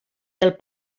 del